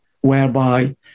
whereby